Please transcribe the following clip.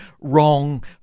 wrong